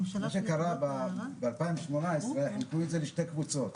מה שקרה זה שב-2018 חילקו את זה לשתי קבוצות.